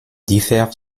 diffère